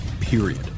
Period